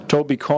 Toby